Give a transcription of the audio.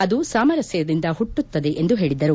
ಅದು ಸಾಮರಸ್ಥದಿಂದ ಹುಟ್ಟುತ್ತದೆ ಎಂದು ಹೇಳದರು